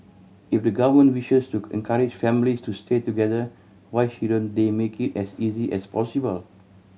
if the government wishes to encourage families to stay together why shouldn't they make it as easy as possible